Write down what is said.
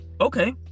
okay